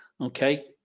okay